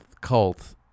cult